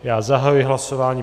Já zahajuji hlasování.